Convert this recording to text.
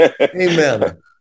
Amen